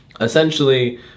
Essentially